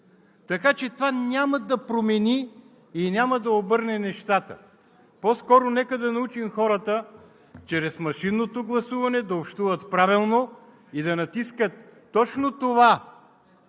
Така че това няма да промени и няма да обърне нещата. По-скоро нека да научим хората чрез машинното гласуване да общуват правилно и да натискат точно това